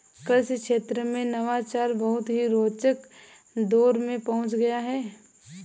कृषि क्षेत्र में नवाचार बहुत ही रोचक दौर में पहुंच गया है